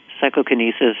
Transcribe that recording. psychokinesis